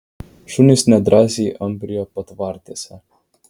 šunys nedrąsiai ambrijo patvartėse